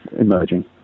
emerging